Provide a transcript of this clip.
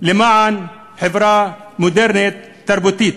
למען חברה מודרנית תרבותית,